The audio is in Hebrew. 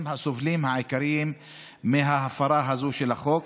הסובלים העיקריים מההפרה הזאת של החוק,